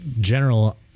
general